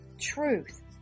truth